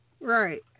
Right